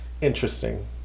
Interesting